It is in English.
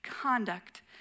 conduct